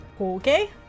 Okay